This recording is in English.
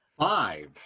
five